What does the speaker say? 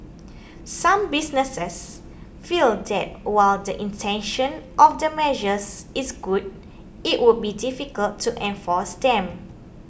some businesses feel that while the intention of the measures is good it would be difficult to enforce them